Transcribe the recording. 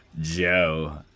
Joe